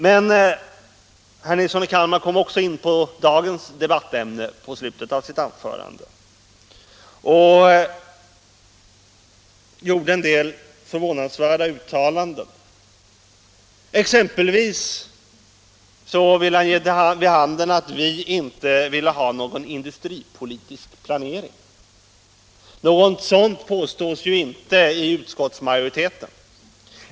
Herr Nilsson i Kalmar kom också in på dagens debattämne i slutet av sitt anförande och gjorde en del förvånansvärda uttalanden. Exempelvis ville han ge vid handen att utskottsmajoriteten inte vill ha någon industripolitisk planering. Något sådant påstår inte utskottsmajoriteten.